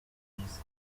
louis